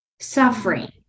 suffering